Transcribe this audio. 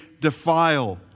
defile